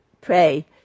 pray